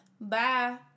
bye